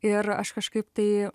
ir aš kažkaip tai